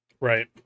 Right